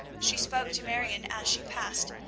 she spoke to marion as she passed